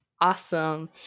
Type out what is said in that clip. Awesome